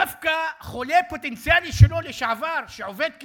דווקא חולה פוטנציאלי שלו לשעבר, שעובד כסלקטור,